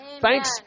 Thanks